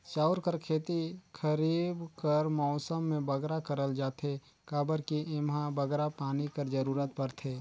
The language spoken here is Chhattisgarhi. चाँउर कर खेती खरीब कर मउसम में बगरा करल जाथे काबर कि एम्हां बगरा पानी कर जरूरत परथे